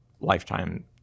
lifetime